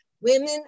women